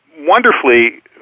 wonderfully